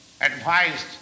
advised